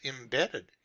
embedded